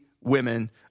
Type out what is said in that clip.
women